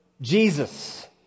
Jesus